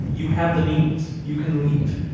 you have the means. you can leave.